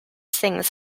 things